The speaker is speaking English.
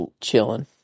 chilling